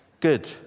Good